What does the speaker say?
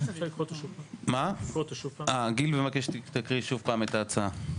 תקראי שוב את ההצעה.